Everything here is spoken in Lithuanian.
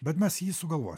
bet mes jį sugalvo